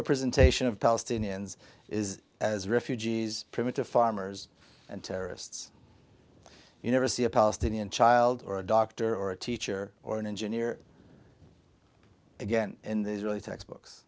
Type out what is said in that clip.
representation of palestinians is as refugees primitive farmers and terrorists you never see a palestinian child or a doctor or a teacher or an engineer again in these really textbooks